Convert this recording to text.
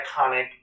iconic